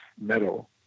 metal